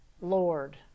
Lord